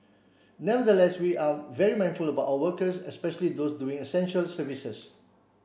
nevertheless we are very mindful about our workers especially those doing essential services